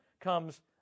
comes